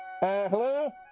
hello